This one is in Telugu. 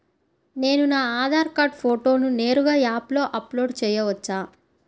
నేను నా ఆధార్ కార్డ్ ఫోటోను నేరుగా యాప్లో అప్లోడ్ చేయవచ్చా?